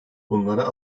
bunlara